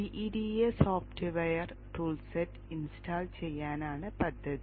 gEDA software toolset install ചെയ്യാനാണ് പദ്ധതി